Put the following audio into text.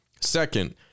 Second